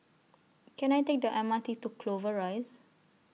Can I Take The M R T to Clover Rise